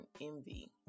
Envy